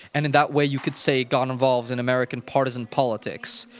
and in that way, you could say, got involved in american partisan politics.